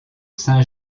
saint